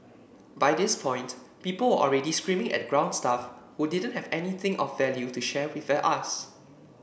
by this point people were already screaming at ground staff who didn't have anything of value to share us